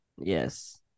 yes